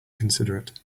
considerate